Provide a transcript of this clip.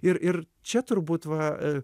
ir ir čia turbūt va